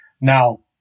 now